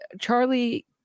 Charlie